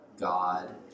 God